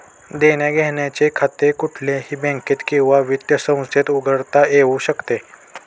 देण्याघेण्याचे खाते कुठल्याही बँकेत किंवा वित्त संस्थेत उघडता येऊ शकते